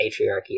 patriarchy